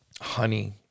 honey